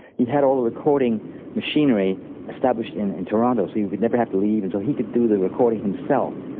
he had all the recording machinery established in and toronto so he would never have to leave, and so he could do the recording himself,